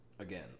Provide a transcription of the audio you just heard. Again